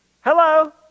Hello